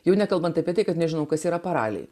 jau nekalbant apie tai kad nežinau kas yra paraliai